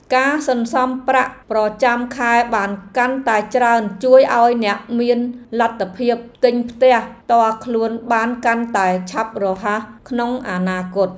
ការសន្សំប្រាក់ប្រចាំខែបានកាន់តែច្រើនជួយឱ្យអ្នកមានលទ្ធភាពទិញផ្ទះផ្ទាល់ខ្លួនបានកាន់តែឆាប់រហ័សក្នុងអនាគត។